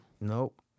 Nope